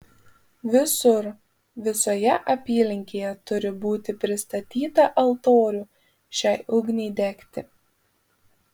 visur visoje apylinkėje turi būti pristatyta altorių šiai ugniai degti